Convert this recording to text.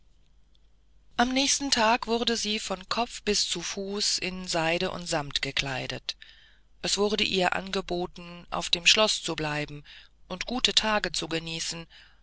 am nächsten tage wurde sie vom kopf bis zu fuß in seide und samt gekleidet es wurde ihr angeboten auf dem schloß zu bleiben und gute tage zu genießen